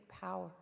power